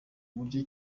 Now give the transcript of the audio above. buryo